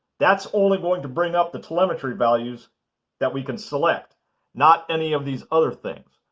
that's only going to bring up the telemetry values that we can select not any of these other things.